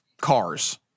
cars